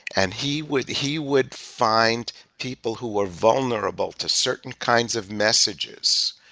and he would he would find people who were vulnerable to certain kinds of messages,